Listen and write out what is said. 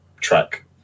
track